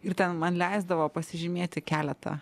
ir ten man leisdavo pasižymėti keletą